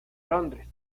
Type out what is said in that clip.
londres